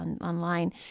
online